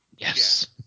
Yes